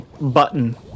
button